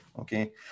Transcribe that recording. okay